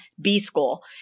B-School